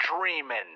dreaming